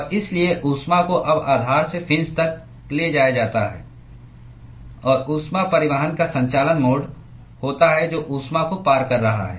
और इसलिए ऊष्मा को अब आधार से फिन्स तक ले जाया जाता है और ऊष्मा परिवहन का संचालन मोड होता है जो ऊष्मा को पार कर रहा है